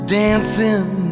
dancing